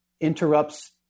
interrupts